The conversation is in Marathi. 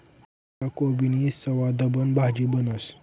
पत्ताकोबीनी सवादबन भाजी बनस